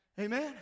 Amen